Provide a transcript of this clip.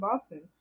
boston